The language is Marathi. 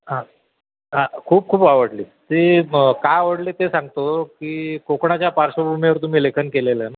हां हां खूप खूप आवडली ती का आवडली ते सांगतो की कोकणाच्या पार्श्वभूमीवर तुम्ही लेखन केलेलं आहे ना